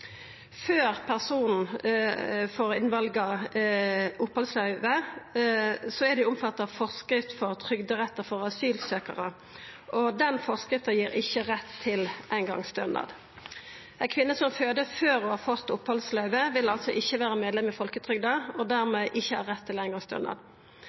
Før personen får innvilga opphaldsløyve, er ein omfatta av føresegna om trygderettar for asylsøkarar. Den føresegna gir ikkje rett til eingongsstønad. Ei kvinne som føder før ho har fått opphaldsløyve, vil altså ikkje vera medlem av folketrygda og